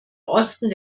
osten